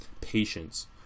patience